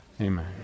amen